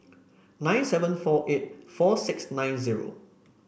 nine seven four eight four six nine zero